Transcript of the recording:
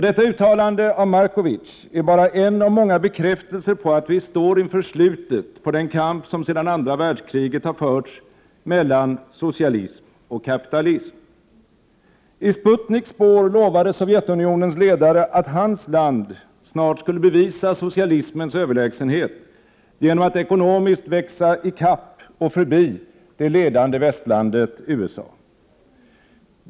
Detta uttalande av Markovic är bara en av många bekräftelser på att vi står inför slutet på den kamp som sedan andra världskriget har förts mellan socialism och kapitalism. I Sputniks spår lovade Sovjetunionens ledare att hans land snart skulle bevisa socialismens överlägsenhet genom att ekonomiskt växa i kapp och förbi det ledande västlandet USA.